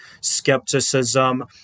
skepticism